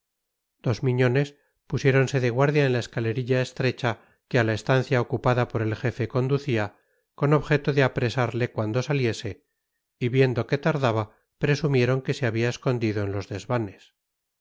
dos miñones pusiéronse de guardia en la escalerilla estrecha que a la estancia ocupada por el jefe conducía con objeto de apresarle cuando saliese y viendo que tardaba presumieron que se había escondido en los desvanes